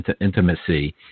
intimacy